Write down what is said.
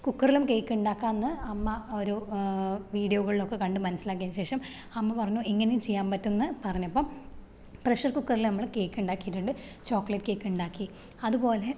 കുക്കറിലും കേക്ക്ണ്ടാക്കാന്ന് അമ്മ ഒരു വീഡിയോകളിലൊക്കെ കണ്ട് മനസ്സിലാക്കിയതിന് ശേഷം അമ്മ പറഞ്ഞു ഇങ്ങനെ ചെയ്യാം പറ്റുമെന്നു പറഞ്ഞപ്പം പ്രഷർ കുക്കറിൽ നമ്മൾ കേക്ക്ണ്ടാക്കിട്ടുണ്ട് ചോക്ലേറ്റ് കേക്ക്ണ്ടാക്കി അതുപോലെ